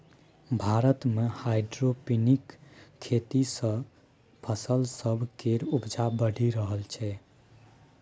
भारत मे हाइड्रोपोनिक खेती सँ फसल सब केर उपजा बढ़ि रहल छै